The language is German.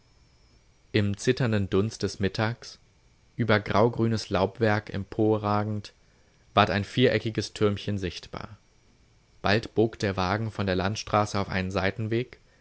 im zitternden dunst des mittags über graugrünes laubwerk emporragend ward ein viereckiges türmchen sichtbar bald bog der wagen von der landstraße auf einen seitenweg